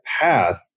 path